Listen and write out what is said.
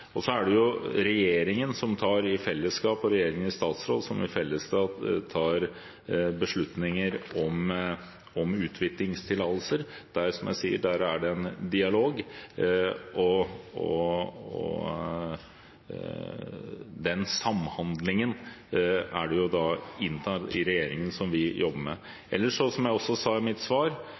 Så er det regjeringen i fellesskap og Kongen i statsråd som tar beslutninger om utvinningstillatelser, og der er det, som jeg sier, en dialog, og det er den samhandlingen innad i regjeringen vi jobber med. Og som jeg også sa i mitt svar,